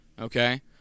Okay